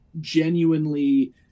genuinely